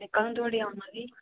ते कदूं धोड़ी आवां फ्ही